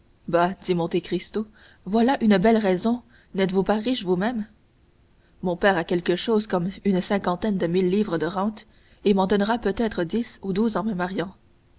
monte cristo voilà une belle raison n'êtes-vous pas riche vous-même mon père a quelque chose comme une cinquantaine de mille livres de rente et m'en donnera peut-être dix ou douze en me mariant